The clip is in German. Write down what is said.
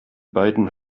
beiden